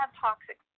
toxic